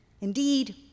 Indeed